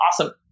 awesome